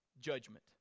judgment